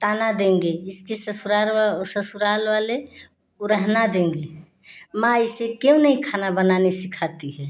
ताना देंगे इसके ससुराल ससुराल वाले उरहना देंगे माँ इसे क्यों नही खाना बनाने सिखाती है